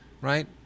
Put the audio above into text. right